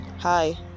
Hi